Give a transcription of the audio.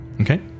Okay